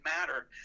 matter